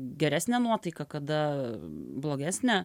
geresnė nuotaika kada blogesnė